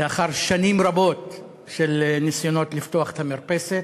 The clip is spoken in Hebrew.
לאחר שנים רבות של ניסיונות לפתוח את המרפסת,